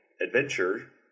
adventure